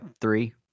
three